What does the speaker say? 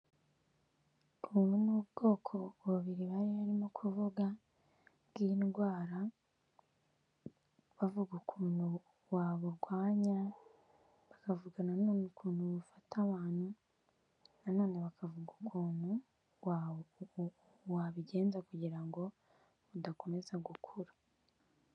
Ubu ni ubwoko bubiri bari barimo kuvuga bw'indwara, bavuga ukuntu waburwanya, bakavugana na none ukuntu bufata abantu, nano bakavuga ukuntu wabigenza kugira ngo budakomeza gukura.